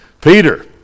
Peter